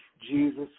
Jesus